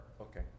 Okay